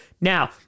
Now